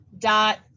dot